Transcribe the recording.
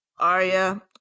Arya